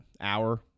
hour